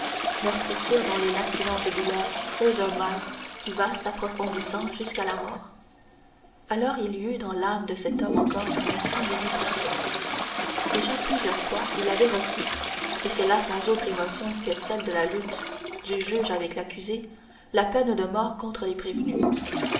meurtrissure dont les lancinantes douleurs creusent un mal qui va s'approfondissant jusqu'à la mort alors il y eut dans l'âme de cet homme encore un instant d'hésitation déjà plusieurs fois il avait requis et cela sans autre émotion que celle de la lutte du juge avec l'accusé la peine de mort contre les prévenus